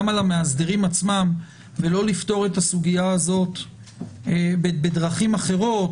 על המאסדרים עצמם ולא לפתור את הסוגיה הזאת בדרכים אחרות,